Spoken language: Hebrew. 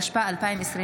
התשפ"ה 2024. תודה.